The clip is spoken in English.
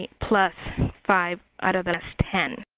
plus five out of the last ten.